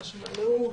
חשמלאות,